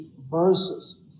verses